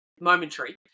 momentary